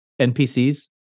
NPCs